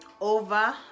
over